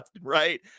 right